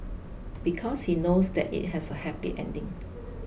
because he knows that it has a happy ending